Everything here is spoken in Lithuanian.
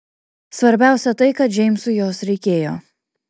svarbiausia tai kad džeimsui jos reikėjo